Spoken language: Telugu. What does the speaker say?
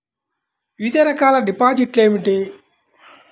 వివిధ రకాల డిపాజిట్లు ఏమిటీ?